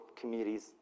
communities